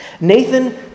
Nathan